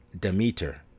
Demeter